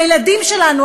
מהילדים שלנו?